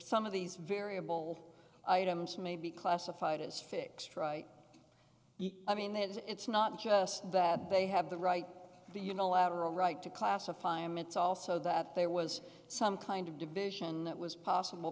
some of these variable items may be classified as fix try i mean it's not just that they have the right to unilaterally right to classify him it's also that there was some kind of division that was possible